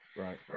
Right